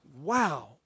wow